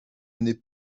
n’est